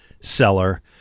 seller